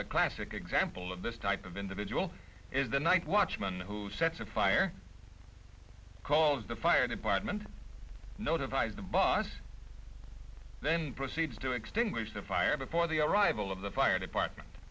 a classic example of this type of individual is the night watchman who sets a fire calls the fire department notifies the boss then proceeds to extinguish the fire before the arrival of the fire department